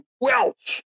wealth